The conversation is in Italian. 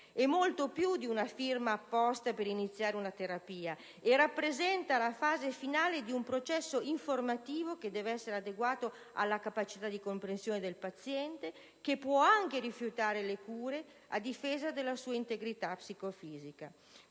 è molto più di una firma apposta per iniziare una terapia, rappresentando la fase finale di un processo informativo che deve essere adeguato alla capacità di comprensione del paziente, il quale può anche rifiutare le cure a difesa della sua integrità psicofisica.